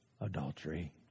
adultery